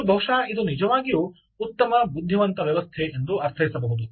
ಮತ್ತು ಬಹುಶಃ ಇದು ನಿಜವಾಗಿಯೂ ಉತ್ತಮ ಬುದ್ಧಿವಂತ ವ್ಯವಸ್ಥೆ ಎಂದು ಅರ್ಥೈಸಬಹುದು